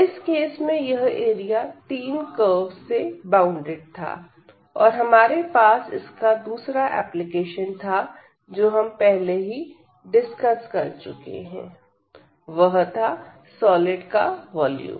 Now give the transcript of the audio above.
इस केस में यह एरिया तीन कर्वस से बॉउंडेड था और हमारे पास इसका दूसरा एप्लीकेशन था जो हम पहले ही डिस्कस कर चुके हैं वह था सॉलिड का वॉल्यूम